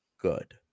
good